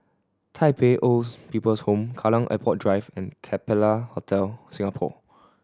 Tai Pei Olds People's Home Kallang Airport Drive and Capella Hotel Singapore